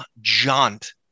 jaunt